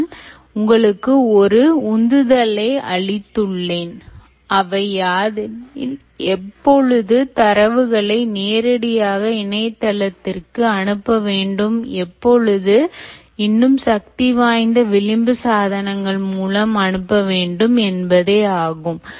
நான் உங்களுக்கு ஒரு உந்துதலை அளித்துள்ளேன் அவையாதெனில் எப்பொழுது தரவுகளை நேரடியாக இணையதளத்திற்கு அனுப்பவேண்டும் எப்போது இன்னும் சக்திவாய்ந்த விளிம்பு சாதனங்கள் மூலம் அனுப்ப வேண்டும் என்பதே ஆகும்